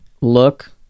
look